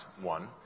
One